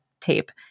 tape